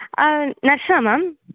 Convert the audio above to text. நர்ஸா ma'am